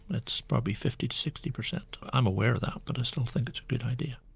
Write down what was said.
it's probably fifty to sixty percent. i'm aware of that, but i still think it's a good idea.